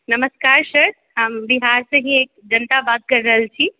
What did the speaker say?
नमस्कार सर हम बिहारसँ ही एक जनता बात करि रहल छी